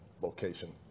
location